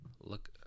Look